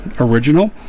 original